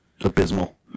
abysmal